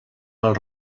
als